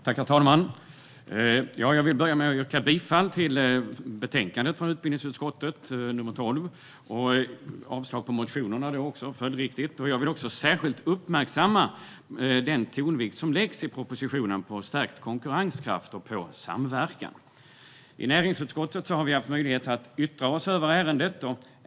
Herr talman! Jag vill börja med att yrka bifall till förslaget i utbildningsutskottets betänkande 12. Följdriktigt yrkar jag även avslag på reservationerna. Jag vill också särskilt uppmärksamma den tonvikt som i propositionen läggs på stärkt konkurrenskraft och på samverkan. I näringsutskottet har vi haft möjlighet att yttra oss om ärendet.